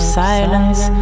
silence